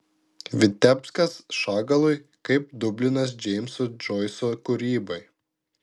vitebskas šagalui kaip dublinas džeimso džoiso kūrybai